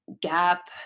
gap